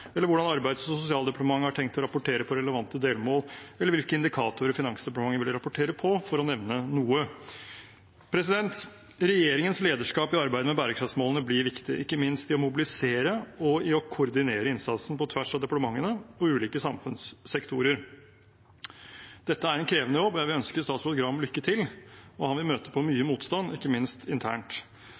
eller hvordan Arbeids- og sosialdepartementet har tenkt å rapportere på relevante delmål, eller hvilke indikatorer Finansdepartementet vil rapportere på, for å nevne noe. Regjeringens lederskap i arbeidet med bærekraftsmålene blir viktig, ikke minst i å mobilisere og i å koordinere innsatsen på tvers av departementene og ulike samfunnssektorer. Dette er en krevende jobb, og jeg vil ønske statsråd Gram lykke til. Han vil møte mye motstand, ikke minst internt.